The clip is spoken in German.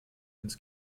ins